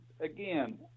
again